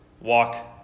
walk